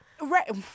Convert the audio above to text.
right